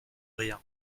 rien